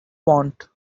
want